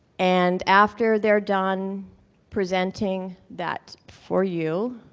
and after they're done presenting that for you,